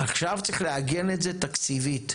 עכשיו צריך לעגן את זה תקציבית,